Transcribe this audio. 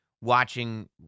watching